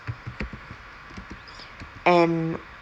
and